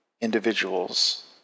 individuals